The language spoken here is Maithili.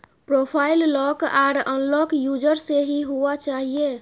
profile lock or unlock user से ही हुआ चाहिए